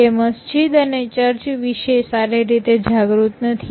જે મસ્જિદ અને ચર્ચ વિશે સારી રીતે જાગૃત નથી